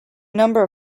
number